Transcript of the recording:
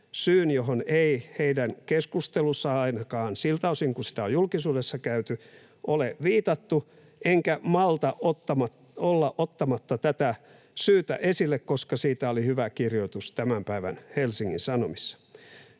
syyn, johon ei heidän keskustelussaan ainakaan siltä osin kuin sitä on julkisuudessa käyty, ole viitattu, enkä malta olla ottamatta tätä syytä esille, koska siitä oli hyvä kirjoitus tämän päivän Helsingin Sanomissa.